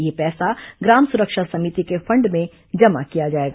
यह पैसा ग्राम सुरक्षा समिति के फंड में जमा किया जाएगा